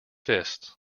fists